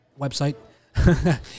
website